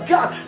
God